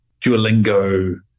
Duolingo